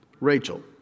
Rachel